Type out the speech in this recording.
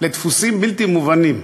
לדפוסים בלתי מובנים.